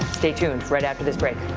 stay tuned, right after this break.